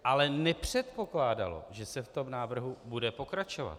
Ale nepředpokládalo, že se v tom návrhu bude pokračovat.